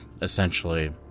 essentially